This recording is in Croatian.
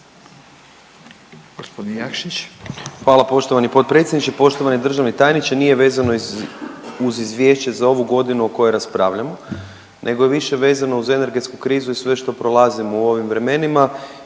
Hvala poštovani potpredsjedniče. Poštovani državni tajniče nije vezano uz izvješće za ovu godinu o kojoj raspravljamo, nego je više vezano uz energetsku krizu i sve što prolazimo u ovim vremenima.